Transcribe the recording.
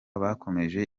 bakomeje